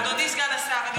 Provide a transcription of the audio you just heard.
חס וחלילה.